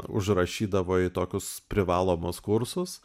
užrašydavo į tokius privalomus kursus